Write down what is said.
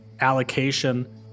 allocation